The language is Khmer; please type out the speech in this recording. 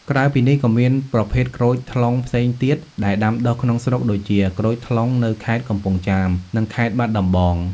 ក្រៅពីនេះ ក៏មានប្រភេទក្រូចថ្លុងផ្សេងទៀតដែលដាំដុះក្នុងស្រុកដូចជា ក្រូចថ្លុងនៅខេត្តកំពង់ចាម និងខេត្តបាត់ដំបង។